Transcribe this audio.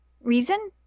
Reason